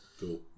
Cool